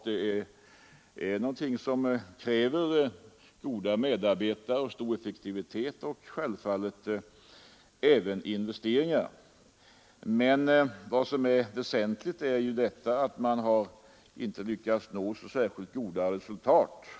Det är något som kräver goda medarbetare, stor effektivitet och inte minst investeringar. Det väsentliga är emellertid att man inte har lyckats nå så särskilt goda resultat.